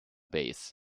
base